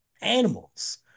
animals